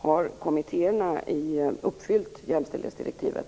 Har kommittéerna uppfyllt jämställdhetsdirektivet?